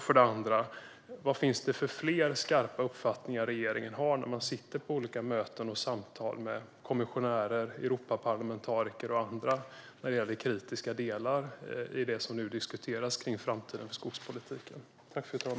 För det andra: Vilka fler skarpa uppfattningar har regeringen när man sitter i olika möten och samtal med kommissionärer, Europaparlamentariker och andra gällande kritiska delar i det som nu diskuteras kring framtiden för skogspolitiken?